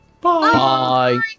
Bye